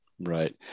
Right